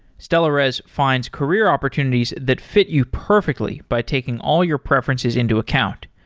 stellares finds career opportunities that fit you perfectly by taking all your preferences into account.